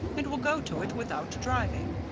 and will go to it without driving.